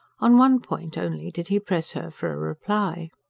on one point only did he press her for a reply.